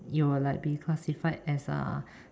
you will like be classified as uh